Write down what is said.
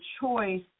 choice